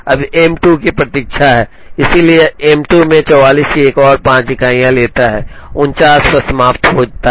अब M 2 की प्रतीक्षा है इसलिए यह M 2 में 44 की एक और 5 इकाई लेता है और 49 पर समाप्त होता है